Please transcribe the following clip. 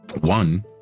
one